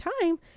time